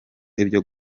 ibyo